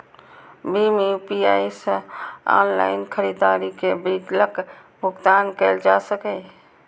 भीम UPI सं online खरीदारी के बिलक भुगतान कैल जा सकैए